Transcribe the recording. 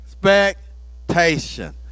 Expectation